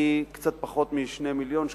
מקצת פחות מ-2 מיליון שקלים,